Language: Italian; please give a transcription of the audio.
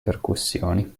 percussioni